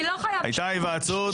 הייתה היוועצות,